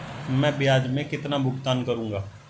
मैं ब्याज में कितना भुगतान करूंगा?